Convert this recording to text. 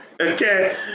Okay